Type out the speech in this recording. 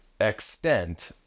extent